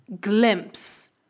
glimpse